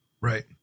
Right